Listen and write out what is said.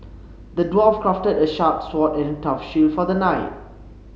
the dwarf crafted a sharp sword and a tough shield for the knight